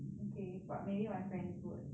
okay but maybe my friends would